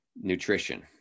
nutrition